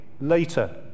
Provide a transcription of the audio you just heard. later